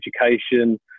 education